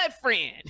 friend